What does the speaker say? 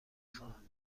خواهم